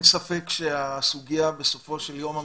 אין ספק שהסוגיה המרכזית בסופו של יום היא